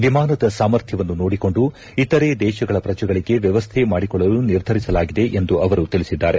ವಿಮಾನದ ಸಾಮರ್ಥ್ಯವನ್ನು ನೋಡಿಕೊಂಡು ಇತರೆ ದೇಶಗಳ ಪ್ರಜೆಗಳಿಗೆ ವ್ಯವಸ್ಥೆ ಮಾಡಿಕೊಡಲು ನಿರ್ಧರಿಸಲಾಗಿದೆ ಎಂದು ಅವರು ತಿಳಿಸಿದ್ದಾರೆ